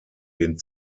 den